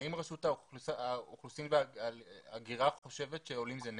האם רשות האוכלוסין והאגירה חושבת שעולים זה נטל?